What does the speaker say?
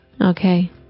Okay